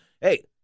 hey